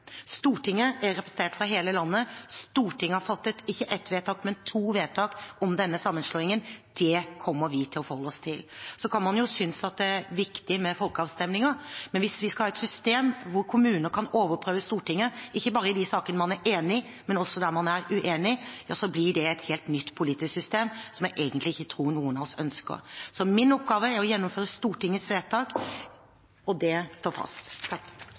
Stortinget er representert fra hele landet, Stortinget har ikke fattet ett vedtak, men to vedtak om denne sammenslåingen. Det kommer vi til å forholde oss til. Så kan man synes at det er viktig med folkeavstemninger, men hvis vi skal ha et system hvor kommuner kan overprøve Stortinget ikke bare i de sakene man er enig i, men også der man er uenig, blir det et helt nytt politisk system som jeg egentlig ikke tror noen av oss ønsker. Min oppgave er å gjennomføre Stortingets vedtak, og det står fast.